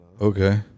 Okay